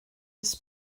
his